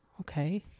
Okay